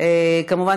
כמובן,